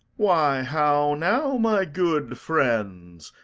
why, how now, my good friends!